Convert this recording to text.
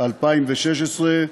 התשע"ו 2016,